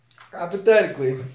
Hypothetically